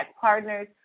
Partners